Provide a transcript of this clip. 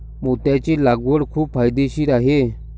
मोत्याची लागवड खूप फायदेशीर आहे